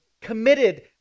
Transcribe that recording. committed